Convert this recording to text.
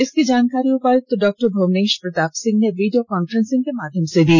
इसकी जानकारी उपायुक्त डॉ भुवनेश प्रताप सिंह ने वीडियो काफ्रेंस के माध्यम से दी